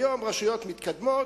היום ברשויות מתקדמות,